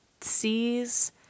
sees